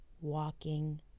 walking